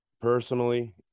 personally